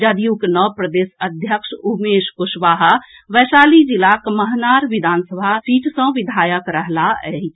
जदयूक नव प्रदेश अध्यक्ष उमेश कुशवाहा वैशाली जिलाक महनार विधानसभा सीट सँ विधायक रहलाह अछि